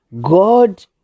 God